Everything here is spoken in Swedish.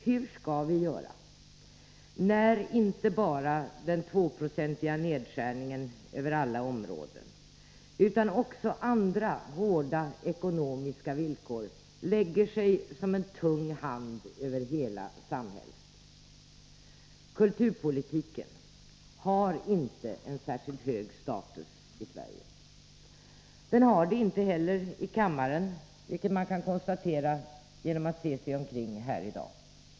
Hur skall vi göra, när inte bara den 2-procentiga nedskärningen över alla iekonomiska åtstramningstider iekonomiska åtstramningstider områden utan också andra hårda ekonomiska villkor lägger sig som en tung hand över hela samhället? Kulturpolitiken har inte någon särskilt hög status i Sverige. Det har den inte ens här i kammaren, vilket man kan konstatera genom att se sig omkring här i dag.